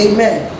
Amen